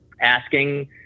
asking